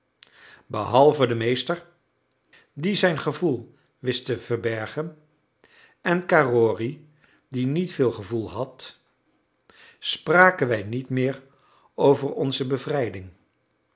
behalve de meester die zijn gevoel wist te verbergen en carrory die niet veel gevoel had spraken wij niet meer over onze bevrijding